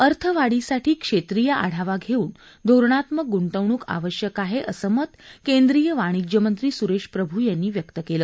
अर्थवाढीसाठी क्षेत्रीय आढावा घेवून धोरणात्मक गुंतवणूक आवश्यक आहे असं मत केंद्रीय वाणिज्य मंत्री सुरेश प्रभू यांनी व्यक्त केलं